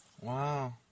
Wow